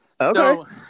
Okay